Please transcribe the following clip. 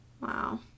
Wow